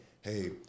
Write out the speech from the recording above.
hey